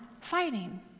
fighting